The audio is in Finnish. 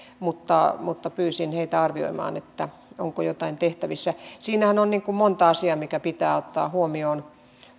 mutta mutta pyysin heitä arvioimaan onko jotain tehtävissä siinähän on monta asiaa mitkä pitää ottaa huomioon